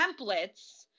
templates